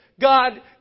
God